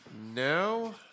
No